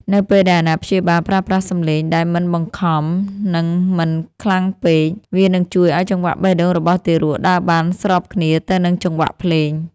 នៅពេលដែលអាណាព្យាបាលប្រើប្រាស់សំឡេងដែលមិនបង្ខំ និងមិនខ្លាំងពេក វានឹងជួយឱ្យចង្វាក់បេះដូងរបស់ទារកដើរបានស្របគ្នាទៅនឹងចង្វាក់ភ្លេង